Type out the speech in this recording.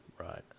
right